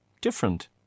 different